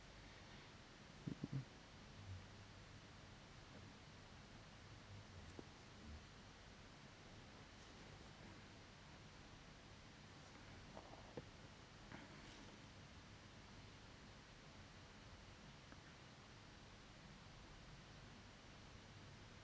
mm